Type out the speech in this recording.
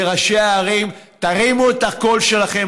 לראשי הערים: תרימו את הקול שלכם.